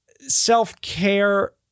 self-care